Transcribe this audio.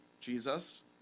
Jesus